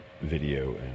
video